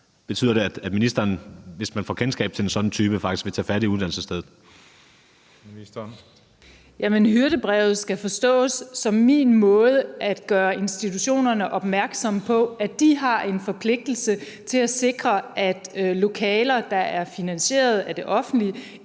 og forskningsministeren (Ulla Tørnæs): Hyrdebrevet skal forstås som min måde at gøre institutionerne opmærksomme på, at de har en forpligtelse til at sikre, at lokaler, der er finansieret af det offentlige,